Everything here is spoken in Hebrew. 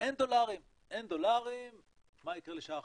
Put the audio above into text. אין דולרים, מה יקרה לשער החליפין?